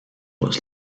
was